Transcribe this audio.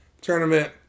Tournament